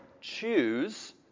choose